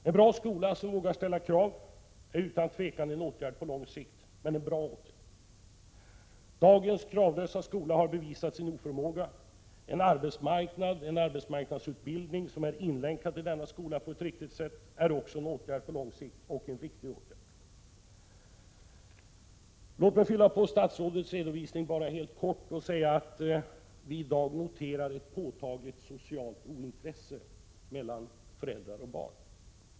En bra skola som vågar ställa krav är utan tvivel en åtgärd på lång sikt. Men det är en bra åtgärd. Dagens kravlösa skola har bevisat sin oförmåga. En arbetsmarknad och en arbetsmarknadsutbildning som är inlänkad i denna skola på ett riktigt sätt är också en åtgärd på lång sikt — och en riktig åtgärd. Låt mig bara helt kort fylla på statsrådets redovisning och säga att vi i dag noterar ett påtagligt socialt ointresse mellan föräldrar och barn.